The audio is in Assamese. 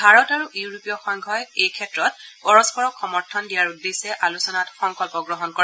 ভাৰত আৰু ইউৰোপীয় সংঘই এই ক্ষেত্ৰত পৰস্পৰক সমৰ্থন দিয়াৰ উদ্দেশ্য সংকল্প গ্ৰহণ কৰে